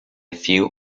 few